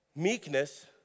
Meekness